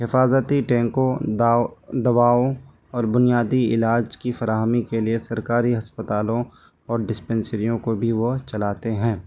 حفاظتی ٹینکوں داؤ دواؤں اور بنیادی علاج کی فراہمی کے لیے سرکاری ہسپتالوں اور ڈسپنسریوں کو بھی وہ چلاتے ہیں